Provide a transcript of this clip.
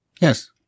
Yes